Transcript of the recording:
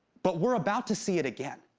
but we're about to see it again.